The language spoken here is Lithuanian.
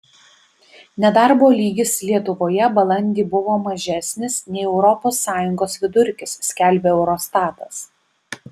nedarbo lygis lietuvoje balandį buvo mažesnis nei europos sąjungos vidurkis skelbia eurostatas